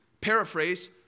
paraphrase